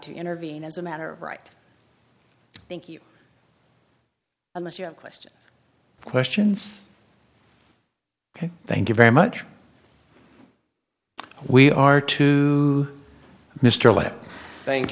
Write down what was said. to intervene as a matter of right thank you unless you have questions questions thank you very much we are to mr levy thank